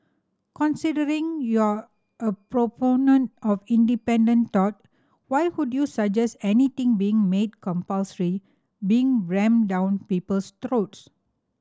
considering you're a proponent of independent thought why would you suggest anything being made compulsory being rammed down people's throats